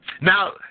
Now